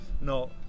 No